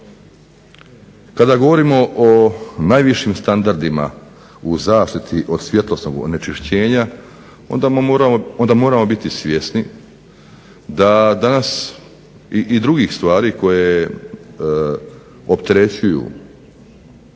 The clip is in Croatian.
Kada govorimo o najvišim standardima u zaštiti od svjetlosnog onečišćenja onda moramo biti svjesni da danas i drugih stvari koje opterećuju